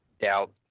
doubt